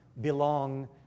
belong